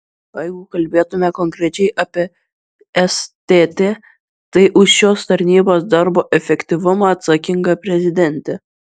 o jeigu kalbėtumėme konkrečiai apie stt tai už šios tarnybos darbo efektyvumą atsakinga prezidentė